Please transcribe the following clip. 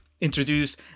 introduce